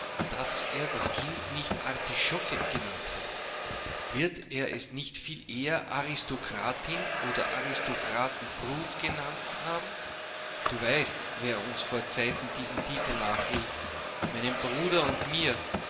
daß er das kind nicht artischocke genannt hat wird er es nicht viel eher aristokratin oder aristokratenbrut genannt haben du weißt wer uns vorzeiten diesen titel nachrief meinem bruder und mir